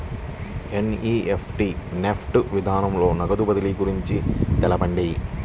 NEFT NEFT విధానంలో నగదు బదిలీ గురించి తెలుపండి?